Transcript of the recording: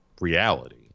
reality